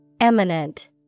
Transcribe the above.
Eminent